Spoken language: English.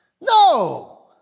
No